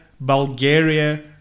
Bulgaria